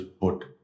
put